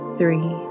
three